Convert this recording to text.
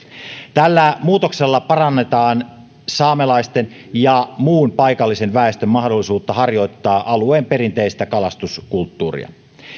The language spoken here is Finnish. tällä muutoksella parannetaan saamelaisten ja muun paikallisen väestön mahdollisuutta harjoittaa alueen perinteistä kalastuskulttuuria